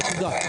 נקודה.